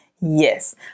Yes